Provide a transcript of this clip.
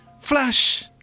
Flash